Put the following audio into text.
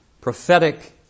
prophetic